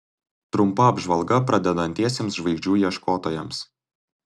trumpa apžvalga pradedantiesiems žvaigždžių ieškotojams